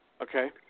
Okay